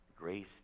grace